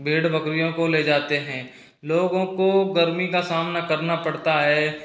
भेड़ बकरियों को ले जाते हैं लोगों को गर्मी का सामना करना पड़ता है